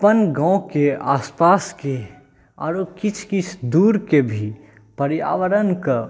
अपन गामके आसपासके आओर किछु किछु दूरके भी पर्यावरणके